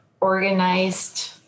organized